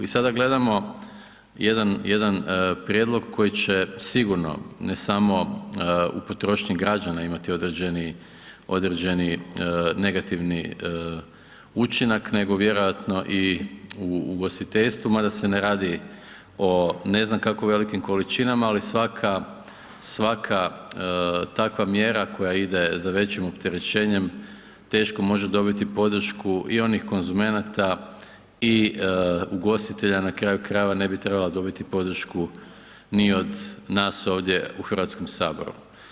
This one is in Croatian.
I sada gledamo jedan prijedlog koji će sigurno, ne samo u potrošnji građana imati određeni negativni učinak nego vjerojatno i u ugostiteljstvu, mada se ne radi o ne znam kako velikim količinama, ali svaka takva mjera koja ide za većim opterećenjem teško može dobiti podršku i onih konzumenata i ugostitelja na kraju krajeva, ne bi trebala dobiti podršku ni od nas ovdje u Hrvatskom saboru.